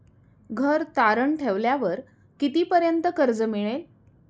घर तारण ठेवल्यावर कितीपर्यंत कर्ज मिळेल?